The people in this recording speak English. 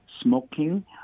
smoking